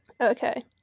Okay